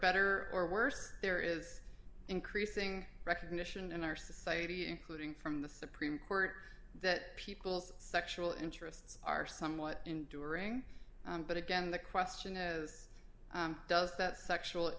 better or worse there is increasing recognition in our society including from the supreme court that people's sexual interests are somewhat enduring but again the question as does that sexual